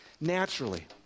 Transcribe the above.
naturally